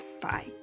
Bye